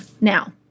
Now